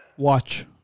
watch